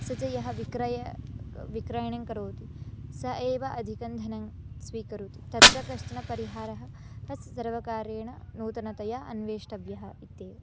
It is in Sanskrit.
सः च यः विक्रयणं विक्रयणं करोति स एव अधिकं धनं स्वीकरोति तत्र कश्चनः परिहारः अस्य सर्वकारेण नूतनतया अन्वेष्टव्यः इत्येव